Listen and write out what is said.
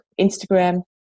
Instagram